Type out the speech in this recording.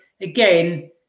again